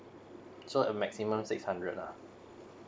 so a maximum six hundred lah